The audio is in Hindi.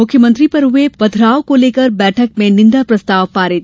मुख्यमंत्री पर हुये पथराव को लेकर बैठक में निंदा प्रस्ताव पारित